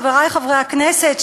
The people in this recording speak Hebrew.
חברי חברי הכנסת,